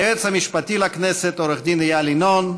היועץ המשפטי לכנסת עו"ד איל ינון,